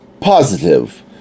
positive